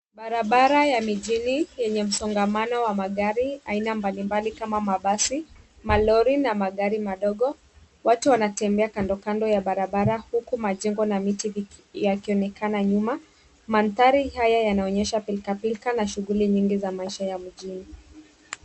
Barabara ya mijini yenye msongamano wa magari aina mbalimbali kama mabasi, malori na magari madogo. Watu wanatembea kando kando ya barabara huku majengo na miti yakionekana nyuma. Mandhari haya yanaonyesha pilkapilka na shughuli nyingi za maisha ya mjini.